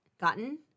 gotten